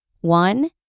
one